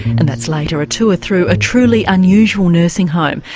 and that's later, a tour through a truly unusual nursing home,